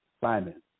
Simon